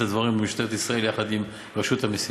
הדברים במשטרת ישראל יחד עם רשות המסים.